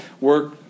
Work